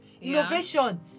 innovation